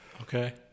Okay